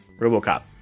RoboCop